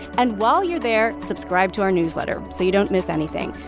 and while you're there, subscribe to our newsletter so you don't miss anything.